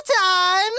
time